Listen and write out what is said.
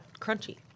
crunchy